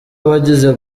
abagize